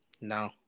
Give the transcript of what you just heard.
No